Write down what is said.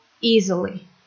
easily